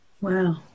Wow